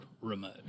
remote